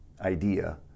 idea